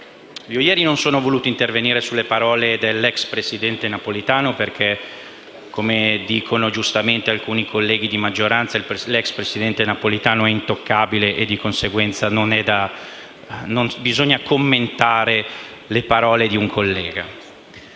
Ieri non sono voluto intervenire sulle parole dell’ex presidente Napolitano, perché - come dicono giustamente alcuni colleghi di maggioranza - l’ex presidente Napolitano è intoccabile e di conseguenza non bisogna commentare le parole di un collega.